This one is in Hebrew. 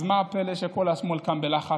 אז מה הפלא שכל השמאל כאן בלחץ?